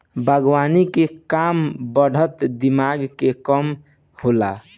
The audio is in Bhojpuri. बागवानी के काम बड़ा दिमाग के काम होला